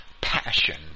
passion